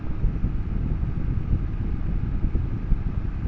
গাড়ি কিনার জন্যে কতো টাকা লোন পাওয়া য়ায়?